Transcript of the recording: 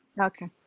Okay